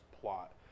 plot